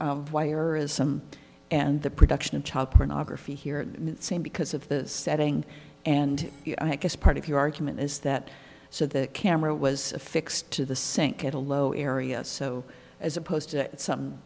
some and the production of child pornography here the same because of the setting and i guess part of your argument is that so the camera was affixed to the sink at a low area so as opposed to some